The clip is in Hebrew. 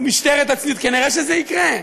משטרת הצניעות, כנראה שזה יקרה.